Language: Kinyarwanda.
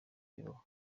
bibaho